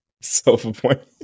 Self-appointed